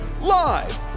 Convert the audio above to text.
live